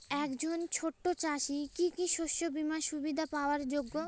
একজন ছোট চাষি কি কি শস্য বিমার সুবিধা পাওয়ার যোগ্য?